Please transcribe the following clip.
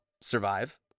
survive